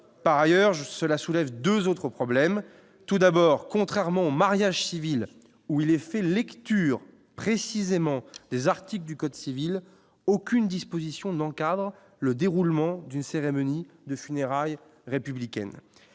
par ailleurs je cela soulève 2 autres problèmes tout d'abord, contrairement au mariage civil où il est fait lecture précisément les articles du code civil, aucune disposition n'encadre le déroulement d'une cérémonie de funérailles républicaine